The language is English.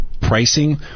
pricing